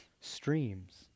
streams